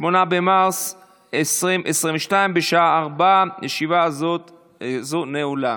8 במרץ 2022, בשעה 16:00. ישיבה זו נעולה.